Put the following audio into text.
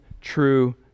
true